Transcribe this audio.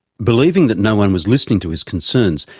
believing that no one was listening to his concerns,